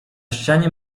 ścianie